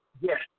Yes